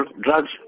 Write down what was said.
drugs